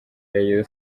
rayon